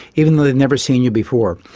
even though they'd never seen you before.